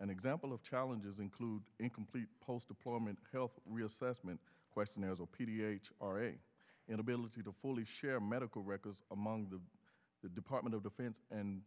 an example of challenges include incomplete post deployment health reassessment questionnaires a p d f or a inability to fully share medical records among the the department of defense and